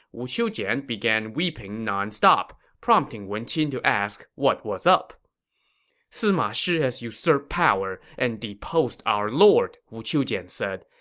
wu qiujian began weeping nonstop, prompting wen qin to ask what was up sima shi has usurped power and deposed our lord, wu qiujian said.